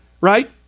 right